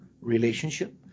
relationship